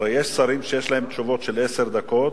הרי יש שרים שיש להם תשובות של 109 דקות